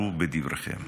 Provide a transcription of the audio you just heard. היזהרו בדבריכם.